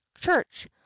church